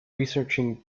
researching